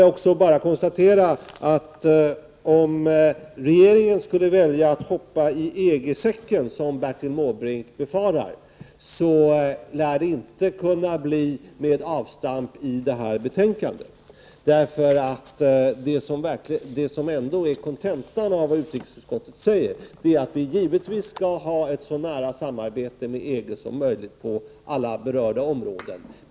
Låt mig även konstatera att om regeringen skulle välja att ”hoppa i EG-säcken”, som Bertil Måbrink befarar, lär det inte kunna bli med avstamp i det här betänkandet. Kontentan av vad utrikesutskottet säger är att vi givetvis skall ha ett så nära samarbete med EG som möjligt på alla berörda områden.